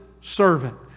servant